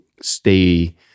stay